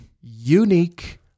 Unique